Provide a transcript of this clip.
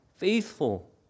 Faithful